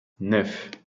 neuf